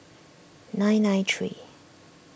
nine nine three